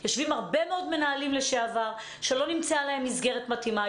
יושבים הרבה מאוד מנהלים לשעבר שלא נמצאה להם מסגרת מתאימה.